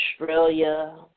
Australia